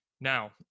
now